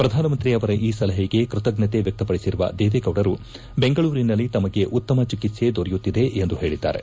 ಪ್ರಧಾನಮಂತ್ರಿ ಅವರ ಈ ಸಲಹೆಗೆ ಕೃತಜ್ಞತೆ ವ್ಯಕ್ತಪಡಿಸಿರುವ ದೇವೇಗೌಡರು ಬೆಂಗಳೂರಿನಲ್ಲಿ ತಮಗೆ ಉತ್ತಮ ಚಿಕಿತ್ಸೆ ದೊರೆಯುತ್ತಿದೆ ಎಂದು ಹೇಳಿದ್ದಾರೆ